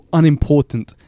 unimportant